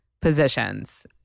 positions